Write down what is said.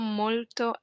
molto